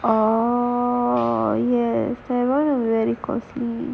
oh yes that [one] is very costly